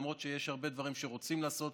למרות שיש הרבה דברים שרוצים לעשות,